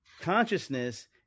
consciousness